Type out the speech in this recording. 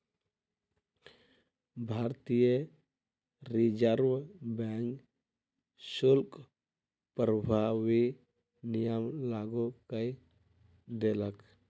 भारतीय reserve bank शुल्क प्रभावी नियम लागू कय देलक